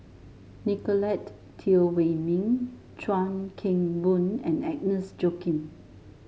Nicolette Teo Wei Min Chuan Keng Boon and Agnes Joaquim